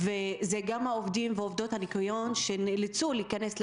זה גם העובדים ועובדות הניקיון שנאלצו להיכנס לבידוד.